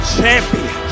Champion